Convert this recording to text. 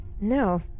No